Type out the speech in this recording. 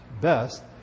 best